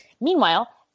Meanwhile